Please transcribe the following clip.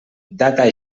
data